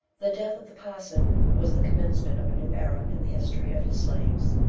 the death of the parson was the commencement of a new era in the history of his slaves.